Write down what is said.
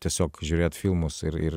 tiesiog žiūrėt filmus ir ir